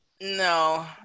No